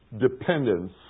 dependence